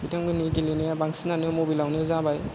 बिथांमोननि गेलेनाया बांसिनानो मबाइलावनो जाबाय